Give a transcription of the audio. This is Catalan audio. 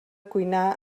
cuinar